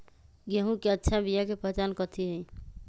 गेंहू के अच्छा बिया के पहचान कथि हई?